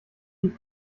die